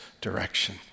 direction